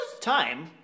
Time